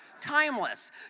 Timeless